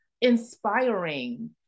inspiring